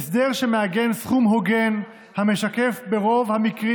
הסדר שמעגן סכום הוגן המשקף ברוב המקרים